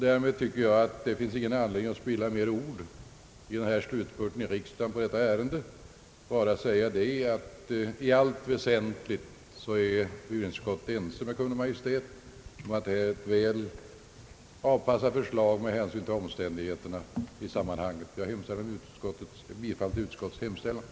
Därmed finns ingen anledning att i. dennå slutspurt i:riksdagen spilla fler ord på detta ärende. Jag vill endast säga att i allt väsentligt är :'bevillningsutskottets ' majoritet. .ense med Kungl. Maj:t om att detta är. ett efter omständigheterna : väl: avpassat: förslag.